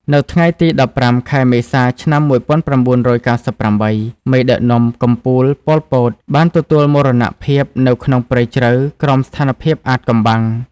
នៅថ្ងៃទី១៥ ខែមេសា ឆ្នាំ១៩៩៨ មេដឹកនាំកំពូល ប៉ុល ពត បានទទួលមរណភាពនៅក្នុងព្រៃជ្រៅក្រោមស្ថានភាពអាថ៌កំបាំង។